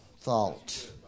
thought